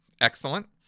Excellent